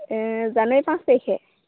জানুৱাৰী পাঁচ তাৰিখে